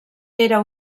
era